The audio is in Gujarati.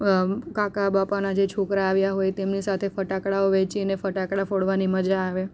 કાકા બાપાનાં જે છોકરાં આવ્યાં હોય તેમની સાથે ફટાકડાઓ વહેંચીને ફટાકડા ફોડવાની મજા આવે